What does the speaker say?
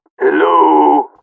Hello